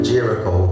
Jericho